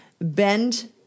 bend